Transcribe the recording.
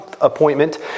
appointment